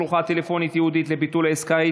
שלוחה טלפונית ייעודית לביטול עסקה),